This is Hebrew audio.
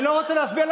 אני לא רוצה להסביר.